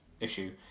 issue